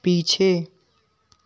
पीछे